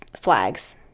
flags